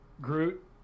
Groot